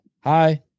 Hi